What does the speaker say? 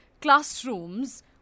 classrooms